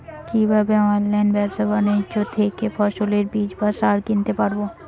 কীভাবে অনলাইন ব্যাবসা বাণিজ্য থেকে ফসলের বীজ বা সার কিনতে পারবো?